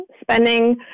spending